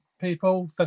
people